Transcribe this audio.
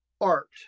art